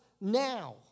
now